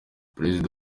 perezida